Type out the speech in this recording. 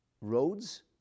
roads